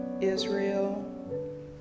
Israel